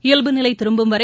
இயல்பு நிலை திரும்பும் வரை